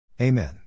Amen